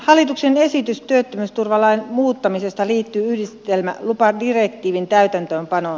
hallituksen esitys työttömyysturvalain muuttamisesta liittyy yhdistelmälupadirektiivin täytäntöönpanoon